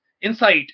insight